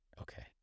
Okay